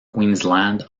queensland